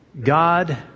God